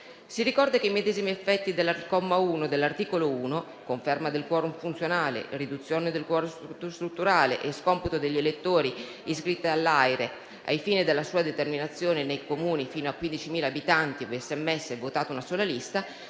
Si ricorda che i medesimi effetti del comma 1 dell'articolo 1 (conferma del *quorum* funzionale, riduzione del *quorum* strutturale e scomputo degli elettori iscritti all'AIRE ai fini della sua determinazione nei Comuni fino a 15.000 abitanti, ove sia ammessa e votata una sola lista)